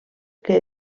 que